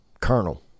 colonel